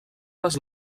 les